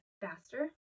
faster